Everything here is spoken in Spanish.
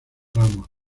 ramos